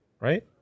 Right